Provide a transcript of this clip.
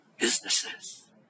Businesses